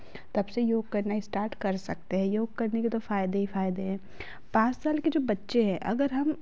तब से योग करना स्टार्ट कर सकते है योग करने के तो फ़ायदे ही फ़ायदे हैं पाँच साल के जो बच्चे हैं अगर हम